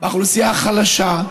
באוכלוסייה החלשה,